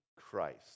Christ